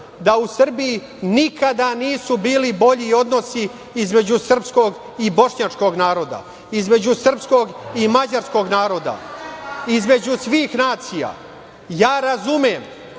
da u Srbiji nikada nisu bili bolji odnosi između srpskog i bošnjačkog naroda, između srpskog i mađarskog naroda, između svih nacija. Ja razumem